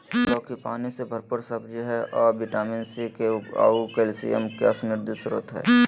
लौकी पानी से भरपूर सब्जी हइ अ विटामिन सी, के आऊ कैल्शियम के समृद्ध स्रोत हइ